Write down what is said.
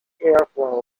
airflow